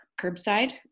curbside